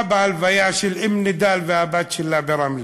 בהלוויה של אום נידאל והבת שלה ברמלה.